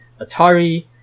Atari